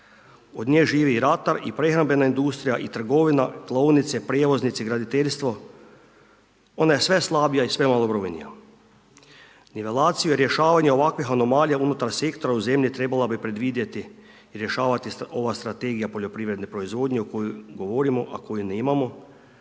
od nje živi ratar i prehrambena industrija i trgovina, klaonice, prijevoznici, graditeljstvo, ona je sve slabija i sve malobrojnija. .../Govornik se ne razumije./... rješavanja ovakvih anomalija unutar sektora u zemlji trebala bi predvidjeti i rješavati ova strategija poljoprivredne proizvodnje o kojoj govorimo, a koju nemamo,